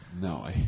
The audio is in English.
No